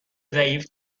ضعیف